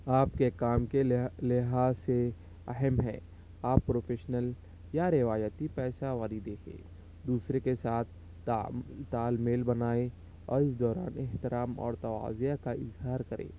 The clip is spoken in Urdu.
آپ کے کام کے لحا لحاظ سے اہم ہے آپ پروفیشنل یا روایتی پیشہ وری دیکھیں دوسرے کے ساتھ تا تال میل بنائیں اور اس دوران احترام اور تواضع کا اظہار کریں